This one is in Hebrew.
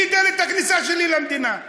היא דלת הכניסה שלי למדינה,